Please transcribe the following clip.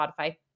Spotify